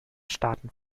staaten